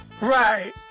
Right